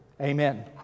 Amen